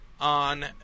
on